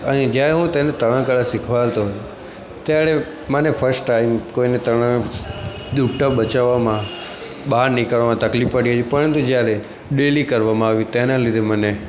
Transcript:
અહીં જયારે હું તેને તરણકળા શીખવાડતો ત્યારે મને ફર્સ્ટ ટાઇમ કોઈને તરણ ડૂબતો બચાવવામાં બહાર નીકાળવામાં તકલીફ પડી પરંતુ જયારે ડેઈલી કરવામાં આવી તેના લીધે મને